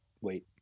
Wait